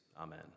Amen